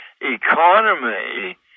economy